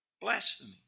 Blasphemy